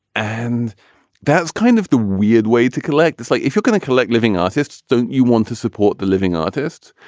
and that's kind of the weird way to collect. it's like if you're going to collect living artists, don't you want to support the living artists?